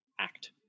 act